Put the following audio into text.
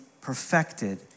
perfected